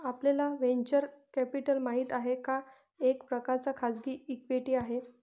आपल्याला venture capital माहित आहे, हा एक प्रकारचा खाजगी इक्विटी आहे